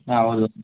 ಹಾಂ ಹೌದು